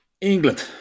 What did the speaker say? England